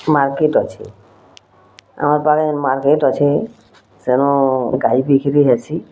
market ଅଛେ ଆମର୍ ପାଖେ ମାର୍କେଟ୍ ଅଛେ ସେନୁ ଗାଈ ବିକ୍ରି ହେସି